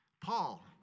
Paul